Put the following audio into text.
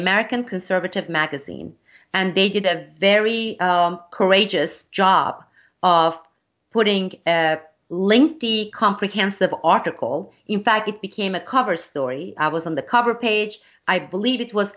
american conservative magazine and they did a very courageous job of putting a lengthy comprehensive article in fact it became a cover story was on the cover page i believe it was